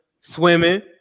swimming